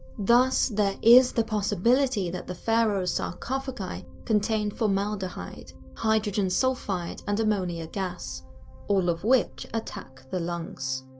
thus, there is the possibility that the pharaoh's sarcophagi contained formaldehyde, hydrogen sulfide and ammonia gas all of which attack the lungs.